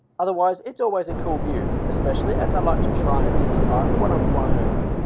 otherwise, it's always a cool view especially as i like to try and identify what i'm flying over.